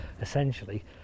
essentially